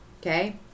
Okay